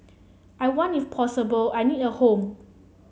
I want if possible I need a home